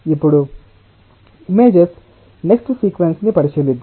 ఇప్పుడు images next sequence ని పరిశీలిద్దాం